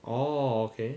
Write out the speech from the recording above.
orh okay